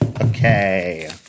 Okay